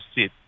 sit